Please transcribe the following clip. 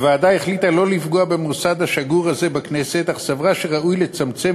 הוועדה החליטה לא לפגוע במוסד השגור הזה בכנסת אך סברה שראוי לצמצם